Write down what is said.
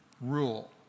rule